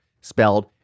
spelled